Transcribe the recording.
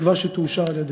בתקווה שתאושר על-ידיכם.